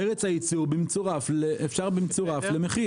ארץ הייצור במצורף למחיר.